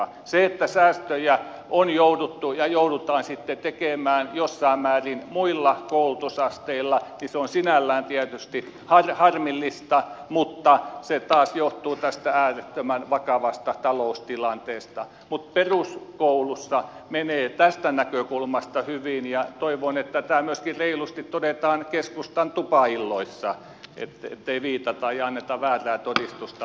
se että säästöjä on jouduttu ja joudutaan tekemään jossain määrin muilla koulutusasteilla on sinällään tietysti harmillista mutta se taas johtuu tästä äärettömän vakavasta taloustilanteesta mutta peruskoulussa menee tästä näkökulmasta hyvin ja toivon että tämä myöskin reilusti todetaan keskustan tupailloissa ettei viitata ja anneta väärää todistusta lähimmäisestä